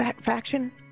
Faction